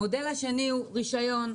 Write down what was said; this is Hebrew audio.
המודל השני הוא רישיון.